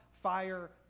fire